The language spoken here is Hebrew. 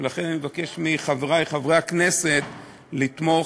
ולכן אני אבקש מחברי חברי הכנסת לתמוך.